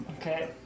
Okay